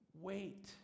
wait